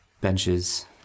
benches